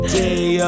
day